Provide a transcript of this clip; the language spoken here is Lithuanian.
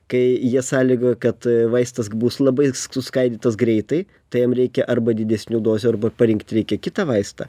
kai jie sąlygoja kad vaistas bus labai suskaidytas greitai tai jam reikia arba didesnių dozių arba parinkt reikia kitą vaistą